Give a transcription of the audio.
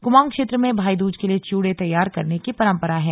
कुमाऊं क्षेत्र में भाईदूज के लिए च्यूडे तैयार करने की परंपरा है